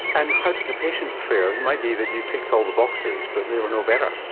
and how did the patients fare? it might be that you ticked all the boxes but they were no better.